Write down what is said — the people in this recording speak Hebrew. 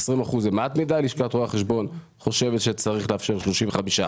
20% זה מעט מדי; לשכת רואי החשבון חושבת שצריך לאפשר 35%,